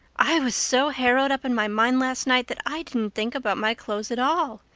i was so harrowed up in my mind last night that i didn't think about my clothes at all,